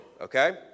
Okay